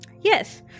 Yes